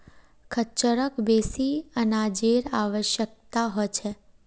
खच्चरक बेसी अनाजेर आवश्यकता ह छेक